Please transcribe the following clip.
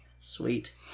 Sweet